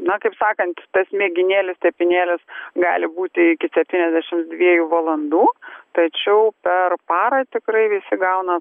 na kaip sakant tas mėginėlis tepinėlis gali būti iki septyniasdešimt dviejų valandų tačiau per parą tikrai visi gauna